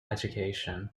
education